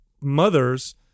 mothers –